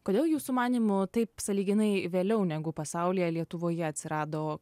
kodėl jūsų manymu taip sąlyginai vėliau negu pasaulyje lietuvoje atsirado